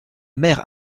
mère